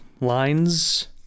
lines